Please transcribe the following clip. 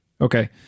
okay